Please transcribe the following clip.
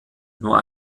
nur